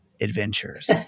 adventures